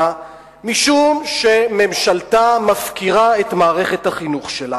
משום שממשלתה מפקירה את מערכת החינוך שלה.